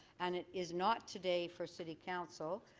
and it is not today for city council,